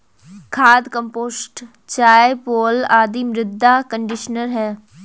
खाद, कंपोस्ट चाय, पुआल आदि मृदा कंडीशनर है